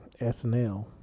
SNL